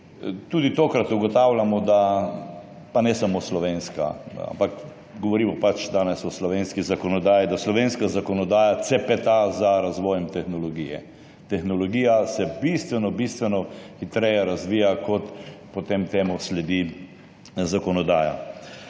Tudi tokrat ugotavljamo, da − pa ne samo slovenska, ampak govorimo pač danes o slovenski zakonodaji − slovenska zakonodaja cepata za razvojem tehnologije. Tehnologija se bistveno hitreje razvija, kot potem temu sledi zakonodaja.